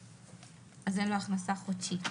אז "אין לו הכנסה חודשית".